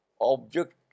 object